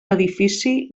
edifici